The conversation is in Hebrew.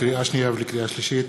לקריאה שנייה ולקריאה שלישית: